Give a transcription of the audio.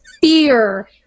fear